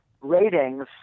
ratings